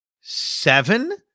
Seven